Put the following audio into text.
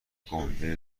گُنده